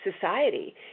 society